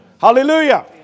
Hallelujah